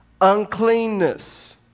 uncleanness